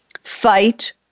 fight